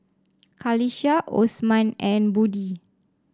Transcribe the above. Qalisha Osman and Budi